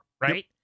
Right